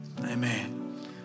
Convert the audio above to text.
amen